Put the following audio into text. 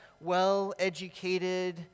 well-educated